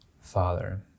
Father